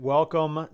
Welcome